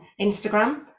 Instagram